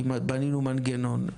כמעט בנינו מנגנון,